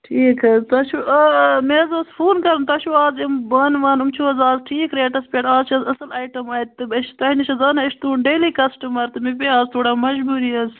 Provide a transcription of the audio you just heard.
ٹھیٖک حَظ تۄہہِ چھِو آ آ مےٚ حَظ اوس فون کرُن تۄہہِ چھِو آز یم بانہٕ وانہٕ ؤنۍ چھُو حظ آز ٹھیٖک ریٹس پیٹھ آز چھِ حَظ اصٕل آیٹم وایٹم أسۍ چھِ تۄہہِ نِش حَظ انان أسۍ چھِ تُہندۍ ڈیلی کسٹمر تہٕ مےٚ پے آز تھوڑا مجبوری حَظ